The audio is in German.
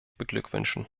beglückwünschen